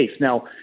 Now